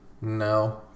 No